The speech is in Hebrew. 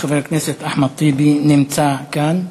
חבר הכנסת אחמד טיבי, נמצא כאן.